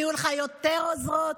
יהיו לך יותר עוזרות.